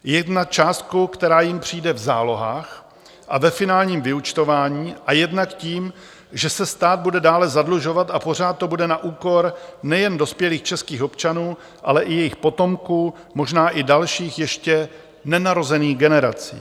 Jednak částkou, která jim přijde v zálohách a ve finálním vyúčtování, a jednak tím, že se stát bude dále zadlužovat a pořád to bude na úkor nejen dospělých českých občanů, ale i jejich potomků, možná i dalších, ještě nenarozených generací.